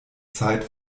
zeit